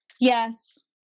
Yes